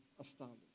astounded